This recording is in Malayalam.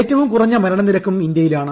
ഏറ്റവും കുറഞ്ഞ മരണ നിരക്കും ഇന്ത്യയിലാണ്